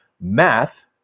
math